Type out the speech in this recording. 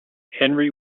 henry